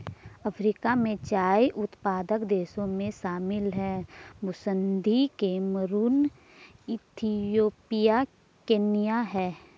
Africa में चाय उत्पादक देशों में शामिल हैं बुसन्दी कैमरून इथियोपिया केन्या है